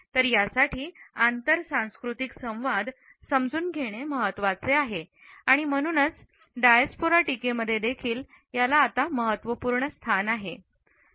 तर यासाठी आंतर सांस्कृतिक संवाद समजून घेणे महत्वाचे आहे आणि म्हणूनच डायस्पोरा टीकेमध्ये याला देखील आता महत्त्वपूर्ण स्थान आहे